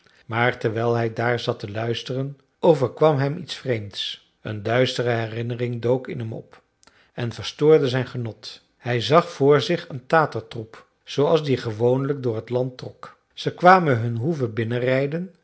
maar terwijl hij daar zat te luisteren overkwam hem iets vreemds een duistere herinnering dook in hem op en verstoorde zijn genot hij zag voor zich een tatertroep zooals die gewoonlijk door het land trok ze kwamen hun hoeve